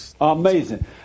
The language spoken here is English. amazing